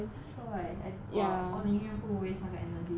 so like !wah! 我宁愿不 waste 那个 energy 去